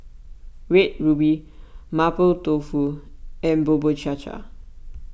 Red Ruby Mapo Tofu and Bubur Cha Cha